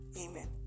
Amen